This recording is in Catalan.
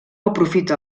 aprofita